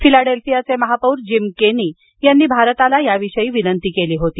फिलाडेल्फियाचे महापौर Jim Kenney यांनी भारताला याविषयी विनंती केली होती